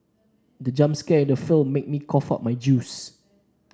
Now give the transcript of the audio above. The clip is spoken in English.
the jump scare in the film made me cough out my juice